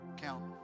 count